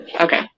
okay